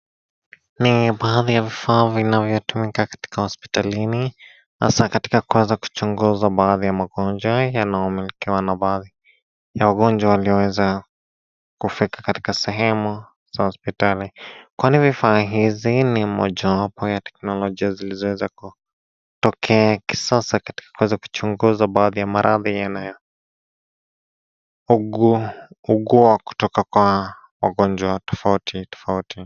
Ni baadhi ya vifaa vinavyotumika katika hospitalini, hasaa katika kuweza kuchunguza baadhi ya magonjwa yanayomilikiwa na baadhi, ya wagonjwa walioweza, kufika katika sehemu, za hospitali, kwani vifaa hizi ni mojawapo ya teknolojia zilizoweza ku, tokea kisasa katika kuweza kuchunguza baadhi ya maradhi yanayo, ugua, kutoka kwa, wagonjwa tofauti tofauti.